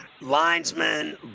linesmen